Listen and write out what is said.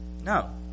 No